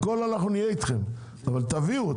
הכול נהיה אתכם, אבל תביאו.